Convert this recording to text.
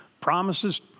promises